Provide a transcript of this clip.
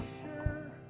sure